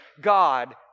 God